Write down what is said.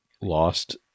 lost